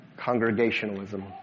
congregationalism